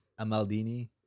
Amaldini